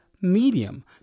medium